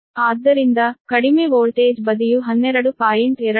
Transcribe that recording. ಆದ್ದರಿಂದ ಕಡಿಮೆ ವೋಲ್ಟೇಜ್ ಬದಿಯು 12